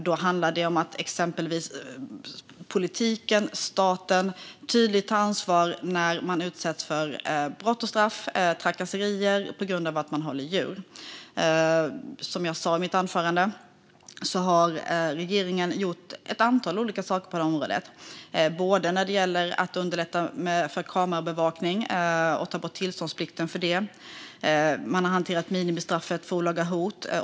Det handlar exempelvis om att politiken och staten tydligt tar ansvar när man utsätts för brott eller trakasserier på grund av att man håller djur. Som jag sa i mitt anförande har regeringen gjort ett antal olika saker på detta område. Det handlar till exempel om att underlätta för kameraövervakning och ta bort tillståndsplikten för den och att hantera minimistraffet för olaga hot.